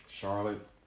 Charlotte